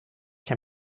can